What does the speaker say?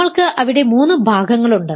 നമ്മൾക്ക് അവിടെ മൂന്ന് ഭാഗങ്ങളുണ്ട്